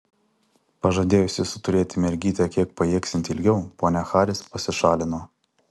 pažadėjusi suturėti mergytę kiek pajėgsianti ilgiau ponia haris pasišalino